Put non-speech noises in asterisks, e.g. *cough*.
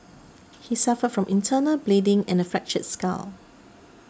*noise* he suffered from internal bleeding and a fractured skull